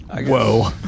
Whoa